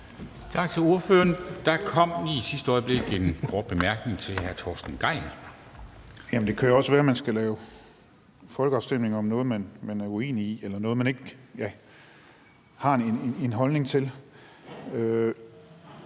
Tak til ordføreren. Der kom i sidste øjeblik en kort bemærkning fra hr. Torsten Gejl. Kl. 18:00 Torsten Gejl (ALT): Det kan også være, at man skal lave folkeafstemning om noget, man er uenig i, eller noget, man ikke har en holdning til.